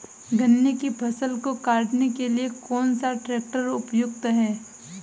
गन्ने की फसल को काटने के लिए कौन सा ट्रैक्टर उपयुक्त है?